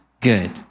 good